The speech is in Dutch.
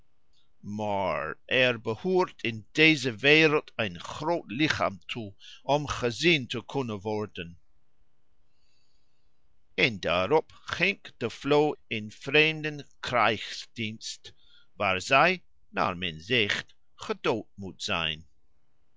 er behoort in deze wereld een groot lichaam toe om gezien te kunnen worden en daarop ging de vloo in vreemden krijgsdienst waar zij naar men zegt gedood moet zijn